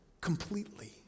completely